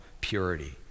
purity